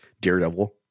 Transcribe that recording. Daredevil